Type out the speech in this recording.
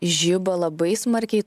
žiba labai smarkiai